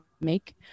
make